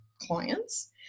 clients